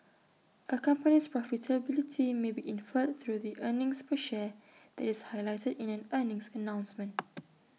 A company's profitability may be inferred through the earnings per share that is highlighted in an earnings announcement